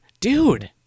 dude